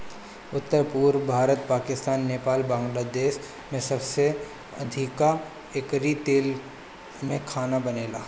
उत्तर, पुरब भारत, पाकिस्तान, नेपाल, बांग्लादेश में सबसे अधिका एकरी तेल में खाना बनेला